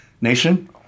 nation